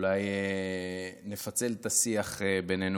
אולי נפצל את השיח בינינו,